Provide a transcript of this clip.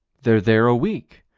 they're there a week,